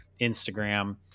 Instagram